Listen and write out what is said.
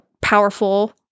powerful